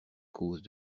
causes